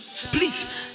please